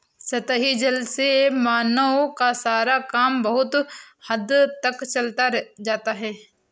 सतही जल से मानवों का सारा काम बहुत हद तक चल जाता है